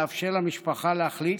לאפשר למשפחה להחליט.